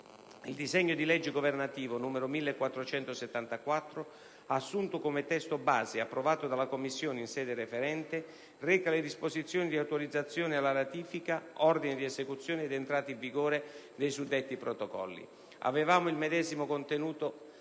Il disegno di legge governativo n. 1474, assunto come testo base e approvato dalla Commissione in sede referente, reca le disposizioni di autorizzazione alla ratifica, ordine di esecuzione ed entrata in vigore dei suddetti Protocolli. Avevano il medesimo contenuto